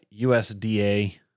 USDA